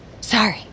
sorry